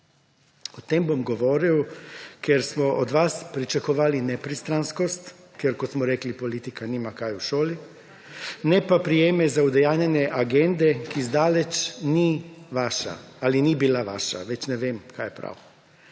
O tem bom govoril, ker smo od vas pričakovali nepristranskost, ker kot smo rekli, politika nima kaj iskati v šoli, ne pa prejemov za udejanjanje agende, ki zdaleč ni vaša ali pa ni bila vaša, ne vem več, kaj je prav.